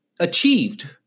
Achieved